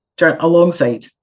Alongside